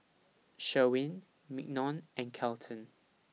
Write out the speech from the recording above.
Sherwin Mignon and Kelton